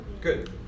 Good